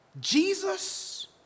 Jesus